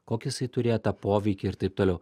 kokį jisai turėjo tą poveikį ir taip toliau